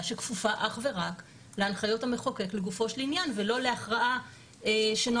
שכפופה אך ורק להנחיות המחוקק לגופו של ענייו ולא להכרעה שנועדה,